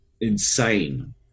insane